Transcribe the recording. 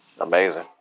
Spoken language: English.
Amazing